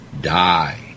die